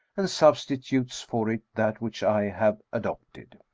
and substitutes for it that which i have adopted.